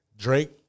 Drake